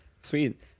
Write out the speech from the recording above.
Sweet